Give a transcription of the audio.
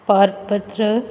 पार पत्र